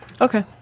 Okay